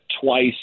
twice